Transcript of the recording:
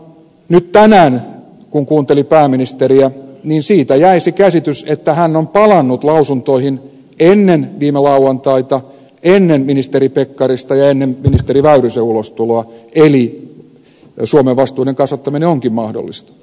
nyt tänään kun kuunteli pääministeriä siitä jäi se käsitys että hän on palannut lausuntoihin ennen viime lauantaita ennen ministeri pekkarista ja ennen ministeri väyrysen ulostuloa eli suomen vastuiden kasvattaminen onkin mahdollista